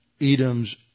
Edom's